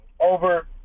over